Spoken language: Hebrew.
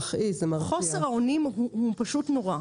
חוסר האונים הוא פשוט נורא.